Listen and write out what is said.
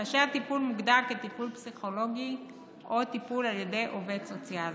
כאשר הטיפול מוגדר כטיפול פסיכולוגי או טיפול על ידי עובד סוציאלי.